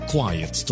Quiet